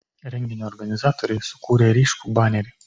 renginio organizatoriai sukūrė ryškų banerį